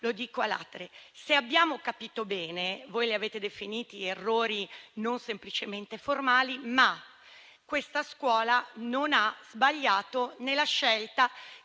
lo dico *a latere*. Se abbiamo capito bene, li avete definiti errori non semplicemente formali, quindi questa scuola non ha sbagliato nella scelta